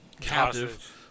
captive